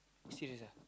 you serious ah